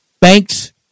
Banks